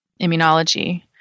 immunology